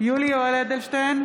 יולי יואל אדלשטיין,